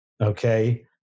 Okay